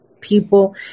people